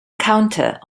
counter